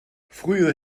früher